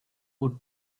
would